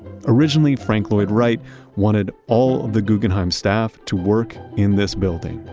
originally, frank lloyd wright wanted all of the guggenheim staff to work in this building.